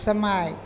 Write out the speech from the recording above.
समय